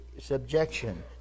subjection